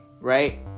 right